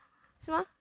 是吗